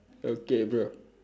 okay bro